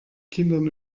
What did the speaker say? kindern